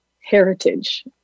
heritage